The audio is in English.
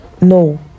No